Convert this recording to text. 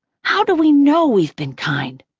how do we know we've been kind?